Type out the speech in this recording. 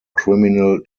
criminal